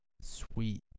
Sweet